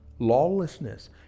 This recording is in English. Lawlessness